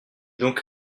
donc